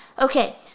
Okay